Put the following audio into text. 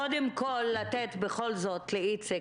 -- קודם כול לתת בכל זאת לאיציק,